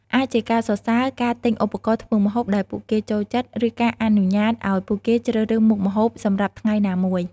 អាចជាការសរសើរ ការទិញឧបករណ៍ធ្វើម្ហូបដែលពួកគេចូលចិត្ត ឬការអនុញ្ញាតឱ្យពួកគេជ្រើសរើសមុខម្ហូបសម្រាប់ថ្ងៃណាមួយ។